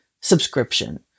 subscription